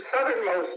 southernmost